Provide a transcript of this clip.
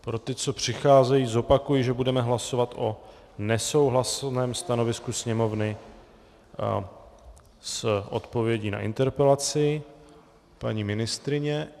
Pro ty, co přicházejí, zopakuji, že budeme hlasovat o nesouhlasném stanovisku Sněmovny s odpovědí na interpelaci paní ministryně.